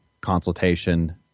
consultation